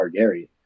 Targaryen